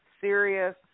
serious